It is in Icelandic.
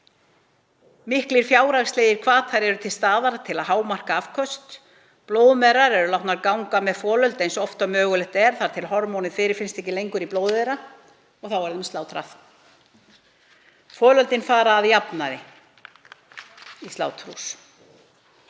Miklir fjárhagslegir hvatar eru til staðar til að hámarka afköst. Blóðmerar eru látnar ganga með folöld eins oft og mögulegt er þar til hormónið fyrirfinnst ekki lengur í blóði þeirra og þá er þeim slátrað. Folöldin fara að jafnaði beint í sláturhús.